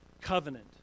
covenant